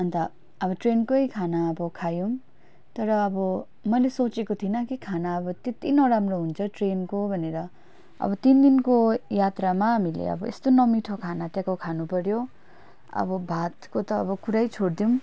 अन्त अब ट्रेनकै खाना अब खायौँ तर अब मैले सोचेको थिइनँ कि खाना अब त्यति नराम्रो हुन्छ ट्रेनको भनेर अब तिन दिनको यात्रामा हामीले अब यस्तो नमिठो खाना त्यहाँको खानु पऱ्यो अब भातको त अब कुरै छोडिदिउँ